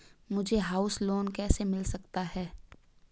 मुझे house loan कैसे मिल सकता है?